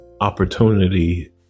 opportunity